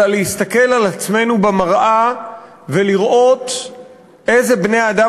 אלא להסתכל על עצמנו במראה ולראות איזה בני-אדם